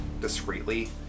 discreetly